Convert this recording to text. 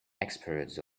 experts